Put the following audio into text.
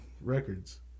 Records